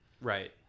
Right